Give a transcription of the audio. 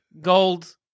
gold